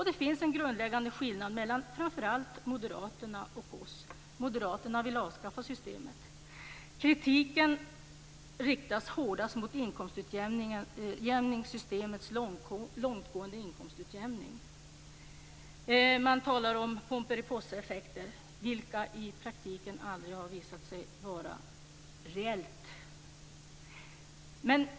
Det finns en grundläggande skillnad mellan framför allt moderaterna och oss. Moderaterna vill avskaffa systemet. Kritiken riktas hårdast mot inkomstutjämningssystemets långtgående inkomstutjämning. Man talar om pomperipossaeffekter, vilka i praktiken aldrig har visat sig vara reella.